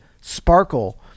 sparkle